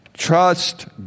Trust